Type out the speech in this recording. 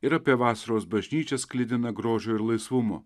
ir apie vasaros bažnyčią sklidiną grožio ir laisvumo